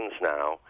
now